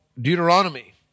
Deuteronomy